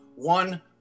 one